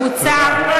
במה היא עוסקת עכשיו?